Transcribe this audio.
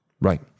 Right